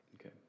Okay